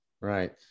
Right